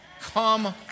Come